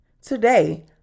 Today